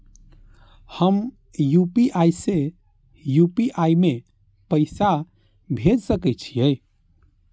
हम यू.पी.आई से यू.पी.आई में पैसा भेज सके छिये?